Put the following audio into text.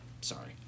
sorry